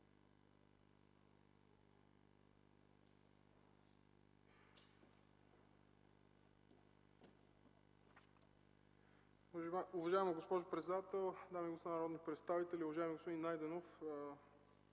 Уважаема госпожо председател, дами и господа народни представители! Уважаеми господин Найденов,